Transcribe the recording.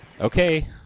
Okay